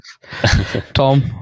Tom